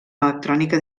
electrònica